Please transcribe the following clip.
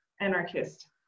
anarchist